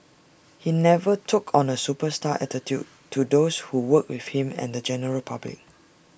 he never took on A superstar attitude to those who worked with him and the general public